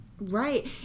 Right